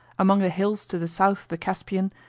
among the hills to the south of the caspian,